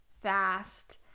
fast